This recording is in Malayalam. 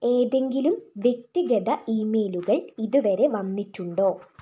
ഏതെങ്കിലും വ്യക്തിഗത ഇമെയിലുകൾ ഇതുവരെ വന്നിട്ടുണ്ടോ